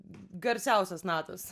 garsiausios natos